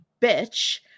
bitch